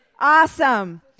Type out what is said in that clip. Awesome